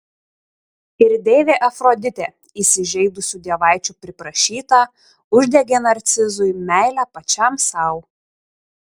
ir deivė afroditė įsižeidusių dievaičių priprašyta uždegė narcizui meilę pačiam sau